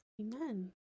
Amen